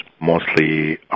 mostly